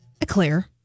Eclair